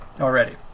already